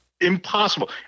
impossible